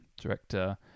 Director